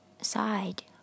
side